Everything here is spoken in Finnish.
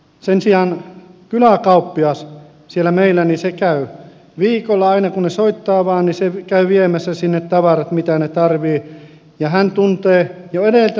sen sijaan kyläkauppias siellä meillä käy viikolla aina kun he soittavat vain niin hän käy viemässä sinne tavarat mitä he tarvitsevat ja hän tuntee jo edeltä mitä siellä tarvitaan